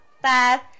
five